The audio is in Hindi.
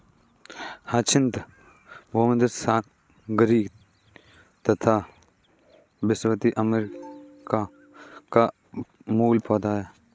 ह्याचिन्थ भूमध्यसागरीय तथा विषुवत अफ्रीका का मूल पौधा है